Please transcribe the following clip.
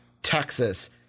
Texas